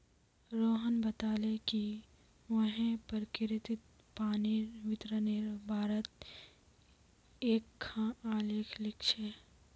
रोहण बताले कि वहैं प्रकिरतित पानीर वितरनेर बारेत एकखाँ आलेख लिख छ